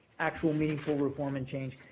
actual meaningful reform and change.